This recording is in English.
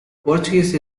portuguese